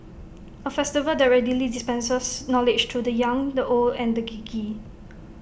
A festival that readily dispenses knowledge to the young the old and the geeky